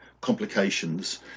complications